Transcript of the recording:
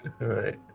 Right